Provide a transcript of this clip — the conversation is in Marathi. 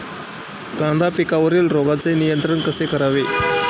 कांदा पिकावरील रोगांचे नियंत्रण कसे करावे?